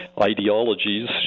ideologies